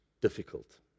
difficult